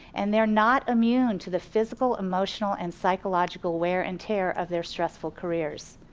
and they're not immune to the physical, emotional, and psychological wear and tear of their stressful careers.